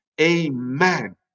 Amen